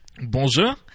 Bonjour